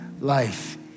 life